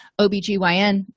OBGYN